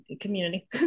community